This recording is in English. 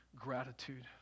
gratitude